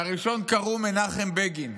לראשון קראו מנחם בגין,